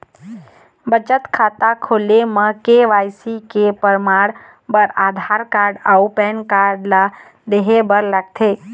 बचत खाता खोले म के.वाइ.सी के परमाण बर आधार कार्ड अउ पैन कार्ड ला देहे बर लागथे